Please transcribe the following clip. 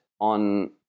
on